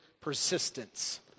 persistence